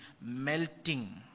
melting